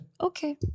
Okay